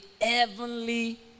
heavenly